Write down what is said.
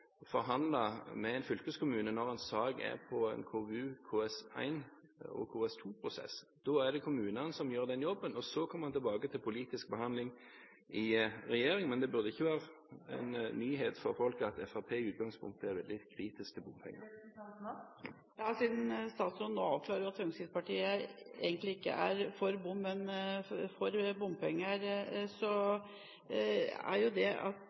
forhandle med en fylkeskommune når en sak er i en KVU-, KS1- og KS2-prosess. Da er det kommunene som gjør jobben, og så kommer den tilbake til politisk behandling i regjering. Men det burde ikke være noen nyhet for folk at Fremskrittspartiet i utgangspunktet er veldig kritisk til bompenger. Siden statsråden nå avklarer at Fremskrittspartiet egentlig ikke er for bompenger, går veisystemet i Tønsberg, inkludert fastlandsforbindelse til Nøtterøy, også inn under regjeringsplattformen. Da får jeg håpe at